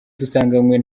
dusanganywe